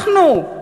אנחנו,